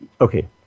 okay